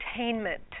entertainment